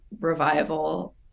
revival